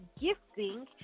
gifting